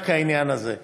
רק העניין הזה.